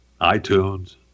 iTunes